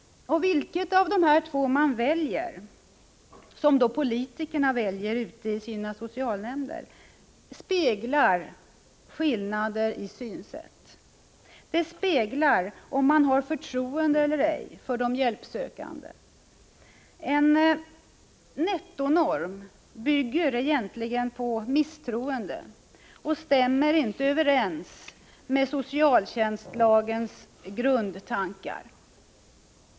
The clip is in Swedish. Vilken av de här två politikerna väljer ute i sina socialnämnder speglar skillnader i synsätt. Det speglar om man har förtroende eller ej för de hjälpsökande. En nettonorm bygger egentligen på misstroende och stämmer inte överens med socialtjänstlagens grundtankar.